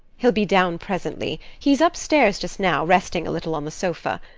he'll be down presently he's upstairs just now, resting a little on the sofa.